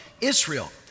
Israel